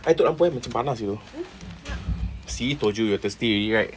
I tutup lampu I macam panas [siol] see told you you're thirsty already right